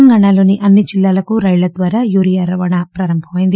తెలంగాణలోని అన్ని జిల్లాలకు రైళ్ల ద్వారా యూరియా రవాణా ప్రారంభమైంది